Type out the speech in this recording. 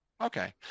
okay